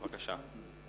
בבקשה.